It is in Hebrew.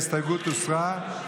ההסתייגות הוסרה.